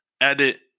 edit